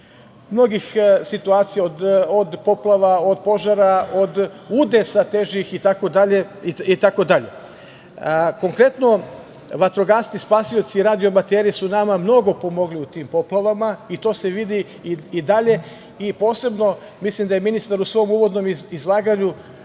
mnogih situacija, od poplava, od požara, od udesa težih itd. Konkretno, vatrogasci spasioci, radio amateri su nama mnogo pomogli u tim poplavama i to se vidi i dalje i posebno mislim da je ministar u svom uvodnom izlaganju